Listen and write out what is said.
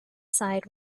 side